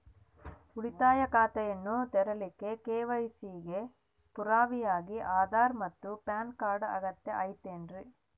ಉಳಿತಾಯ ಖಾತೆಯನ್ನ ತೆರಿಲಿಕ್ಕೆ ಕೆ.ವೈ.ಸಿ ಗೆ ಪುರಾವೆಯಾಗಿ ಆಧಾರ್ ಮತ್ತು ಪ್ಯಾನ್ ಕಾರ್ಡ್ ಅಗತ್ಯ ಐತೇನ್ರಿ?